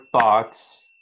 thoughts